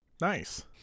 Nice